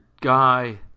guy